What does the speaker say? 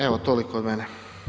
Evo, toliko od mene.